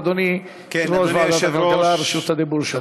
אדוני, יושב-ראש ועדת הכלכלה, רשות הדיבור שלך.